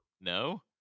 No